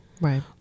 Right